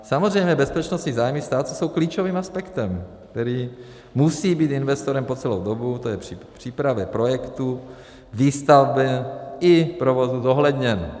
Samozřejmě bezpečnostní zájmy státu jsou klíčovým aspektem, který musí být investorem po celou dobu, tj. při přípravě projektu, výstavbě i provozu, zohledněn.